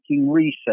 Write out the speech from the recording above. research